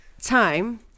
time